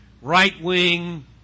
right-wing